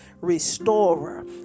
restorer